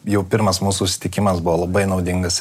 jau pirmas mūsų susitikimas buvo labai naudingas